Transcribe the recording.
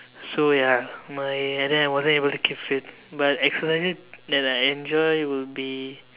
so ya my and then I wasn't able to keep fit but exercises that I enjoy will be